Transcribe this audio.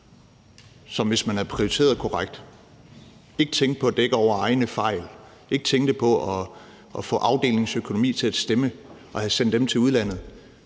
som – hvis man havde prioriteret korrekt og ikke tænkte på at dække over egne fejl og ikke tænkte på at få afdelingens økonomi til at stemme og havde sendt dem til udlandet